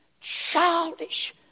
childish